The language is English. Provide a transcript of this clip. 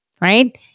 right